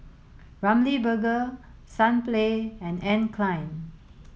Ramly Burger Sunplay and Anne Klein